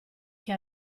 che